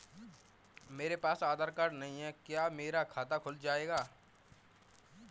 मेरे पास आधार कार्ड नहीं है क्या मेरा खाता खुल जाएगा?